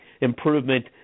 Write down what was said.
improvement